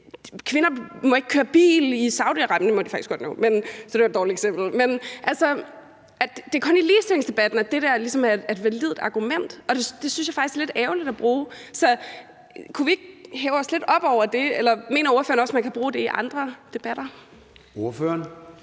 kvinder ikke må køre bil i Saudi-Arabien – det må de faktisk godt nu, så det var et dårligt eksempel. Men det er tit, at det kun er i ligestillingsdebatten, at det der ligesom er et validt argument, og det synes jeg faktisk er lidt ærgerligt at bruge. Så kunne vi ikke hæve os lidt op over det, eller mener ordføreren også, at man kan bruge det i andre debatter? Kl.